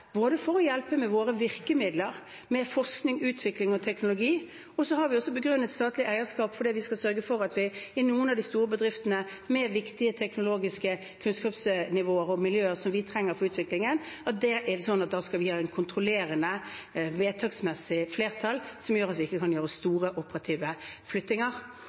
for å hjelpe med våre virkemidler, med forskning, utvikling og teknologi. Så har vi begrunnet statlig eierskap med at vi skal sørge for at vi i noen av de store bedriftene – med viktige teknologiske kunnskapsnivåer og miljøer som vi trenger for utviklingen – skal ha et kontrollerende, vedtektsmessig flertall som gjør at vi ikke kan gjøre store operative flyttinger.